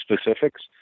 specifics